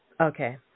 Okay